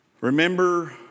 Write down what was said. remember